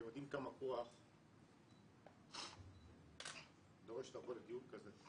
אתם יודעים כמה כוח דורש לבוא לדיון כזה.